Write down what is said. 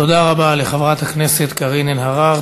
תודה רבה לחברת הכנסת קארין אלהרר.